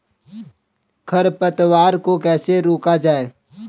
खरपतवार को कैसे रोका जाए?